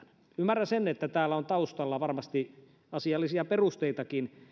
ymmärrän sen että täällä on varmasti taustalla asiallisia perusteitakin